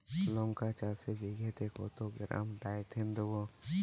লঙ্কা চাষে বিঘাতে কত গ্রাম ডাইথেন দেবো?